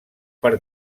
per